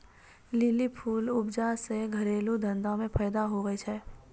lily फूल उपजा से घरेलू धंधा मे फैदा हुवै छै